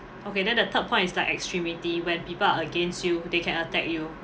okay then the third point is like extremity when people are against you they can attack you